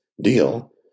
deal